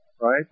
right